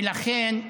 ולכן,